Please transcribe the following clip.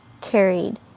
carried